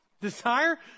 Desire